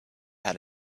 had